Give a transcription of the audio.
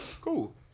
Cool